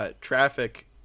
traffic